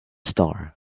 star